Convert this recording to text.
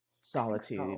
solitude